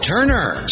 Turner